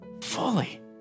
fully